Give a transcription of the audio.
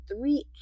three